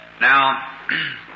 Now